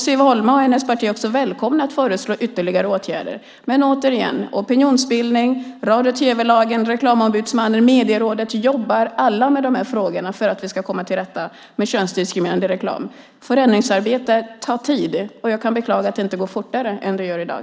Siv Holma och hennes parti är också välkomna att föreslå ytterligare åtgärder. Men återigen: Opinionsbildning, radio och tv-lagen, Reklamombudsmannen och Medierådet gör att vi alla jobbar med frågorna för att vi ska komma till rätta med könsdiskriminerande reklam. Förändringsarbete tar tid. Jag kan beklaga att det inte går fortare än det gör i dag.